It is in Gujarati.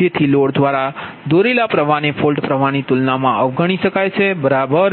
જેથી લોડ દ્વારા દોરેલા પ્ર્વાહને ફોલ્ટ પ્ર્વાહની તુલનામાં અવગણી શકાય છે બરાબર